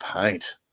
paint